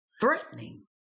threatening